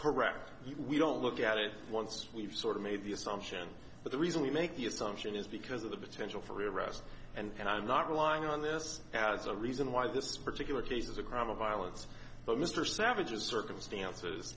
correct we don't look at it once we've sort of made the assumption but the reason we make the assumption is because of the potential for arrest and i'm not relying on this as a reason why this particular case is a crime of violence but mr savage is circumstances